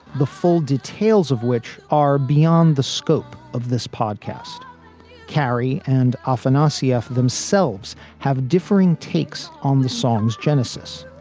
the full details of which are beyond the scope of this podcast carry and often ah rcf themselves have differing takes on the song's genesis,